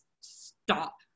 stop